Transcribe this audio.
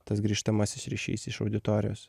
tas grįžtamasis ryšys iš auditorijos